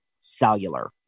cellular